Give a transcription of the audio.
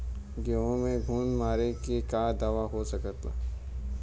गेहूँ में घुन मारे के का दवा हो सकेला?